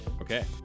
Okay